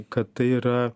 kad tai yra